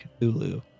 Cthulhu